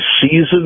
season